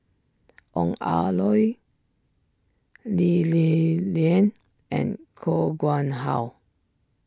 Ong Ah Lee Li Lian and Koh Nguang How